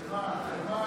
לְמה?